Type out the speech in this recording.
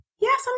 Yes